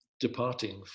Departing